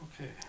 Okay